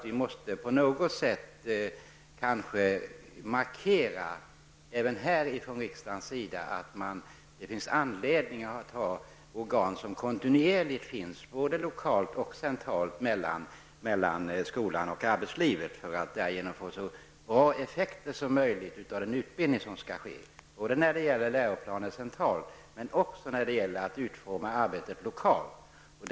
Jag tror dock att det finns anledning för riksdagen att markera att det är motiverat att kontinuerligt ha organ både lokalt och centralt mellan skolan och arbetslivet, för att därigenom få så bra effekter som möjligt av utbildningen både när det gäller läroplanen centralt och när det gäller att utforma arbetet lokalt.